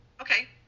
okay